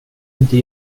inte